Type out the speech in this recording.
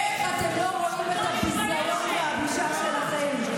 איך אתם לא רואים את הביזיון והבושה שלכם?